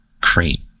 cream